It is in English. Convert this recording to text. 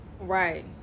right